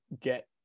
get